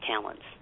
talents